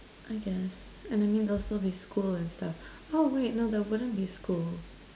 I guess and then there would also be school and stuff oh wait no there wouldn't be school